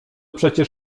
przecież